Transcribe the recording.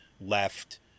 left